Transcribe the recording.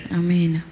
amen